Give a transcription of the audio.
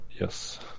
Yes